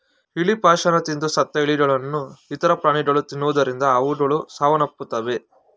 ಇಲಿ ಪಾಷಾಣ ತಿಂದು ಸತ್ತ ಇಲಿಗಳನ್ನು ಇತರ ಪ್ರಾಣಿಗಳು ತಿನ್ನುವುದರಿಂದ ಅವುಗಳು ಸಾವನ್ನಪ್ಪುತ್ತವೆ